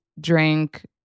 drink